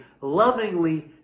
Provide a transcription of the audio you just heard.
lovingly